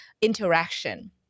interaction